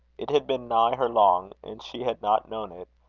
it had been nigh her long, and she had not known it,